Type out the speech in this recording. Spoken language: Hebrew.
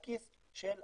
לכיס של הציבור.